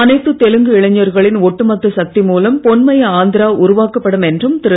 அனைத்து தெலுங்கு இளைஞர்களின் ஒட்டுமொத்த சக்தி மூலம் பொன்மய ஆந்திரா உருவாக்கப்படும் என்றும் திரு